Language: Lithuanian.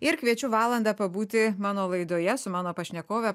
ir kviečiu valandą pabūti mano laidoje su mano pašnekove